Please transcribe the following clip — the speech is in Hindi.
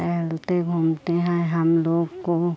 टहलते घूमते हैं हम लोग को